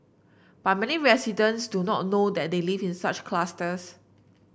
but many residents do not know that they live in such clusters